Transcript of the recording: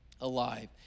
alive